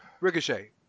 Ricochet